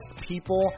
people